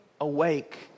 awake